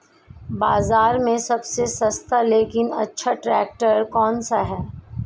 बाज़ार में सबसे सस्ता लेकिन अच्छा ट्रैक्टर कौनसा है?